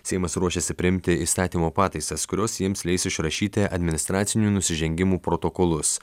seimas ruošiasi priimti įstatymo pataisas kurios jiems leis išrašyti administracinių nusižengimų protokolus